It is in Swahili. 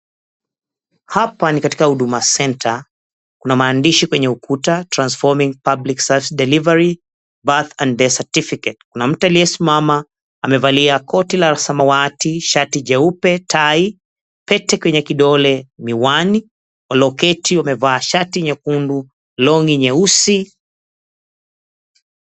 Hapa ni katika huduma centa. Kuna maandishi kwenye ukuta, "Transforming Public Service Delivery Birth and Death Certificate." Kuna mtu aliyesimama amevalia koti la samawati, shati jeupe, tai, pete kwenye kidole, miwani. Walioketi wamevaa shati nyekundu, longi nyeusi.